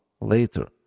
later